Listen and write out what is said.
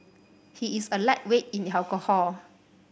he is a lightweight in alcohol